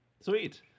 Sweet